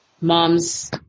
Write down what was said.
mom's